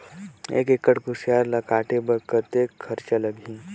एक एकड़ कुसियार ल काटे बर कतेक खरचा लगही?